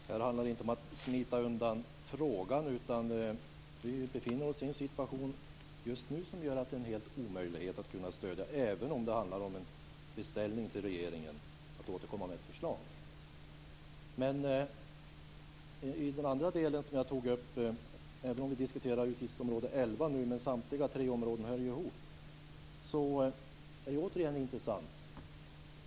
Fru talman! Det handlar inte om att smita undan frågan. Vi befinner oss i en situation just nu som gör att det är en omöjlighet att kunna stödja detta, även om det handlar om en beställning till regeringen att återkomma med ett förslag. Även om vi diskuterar utgiftsområde 11 så hör ju samtliga tre områden ihop. Detta är intressant.